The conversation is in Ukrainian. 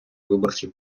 виборчий